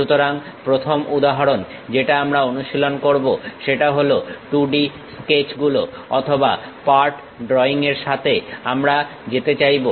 সুতরাং প্রথম উদাহরণ যেটা আমরা অনুশীলন করবো সেটা হলো 2D স্কেচ গুলো অথবা পার্ট ড্রইং এর সাথে আমরা যেতে চাইব